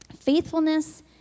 Faithfulness